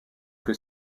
que